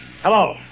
Hello